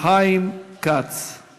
יגאל גואטה, לפרוטוקול.